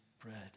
bread